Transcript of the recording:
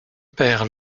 père